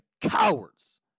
cowards